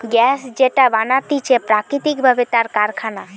gas যেটা বানাতিছে প্রাকৃতিক ভাবে তার কারখানা